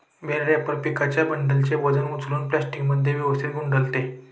bell wrapper पिकांच्या बंडलचे वजन उचलून प्लास्टिकमध्ये व्यवस्थित गुंडाळते